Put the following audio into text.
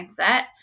mindset